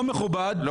לא מכובד,